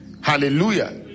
Hallelujah